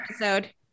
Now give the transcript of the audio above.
episode